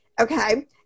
Okay